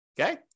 Okay